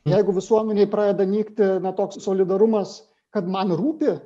jeigu visuomenėj pradeda nykti na toks solidarumas kad man rūpi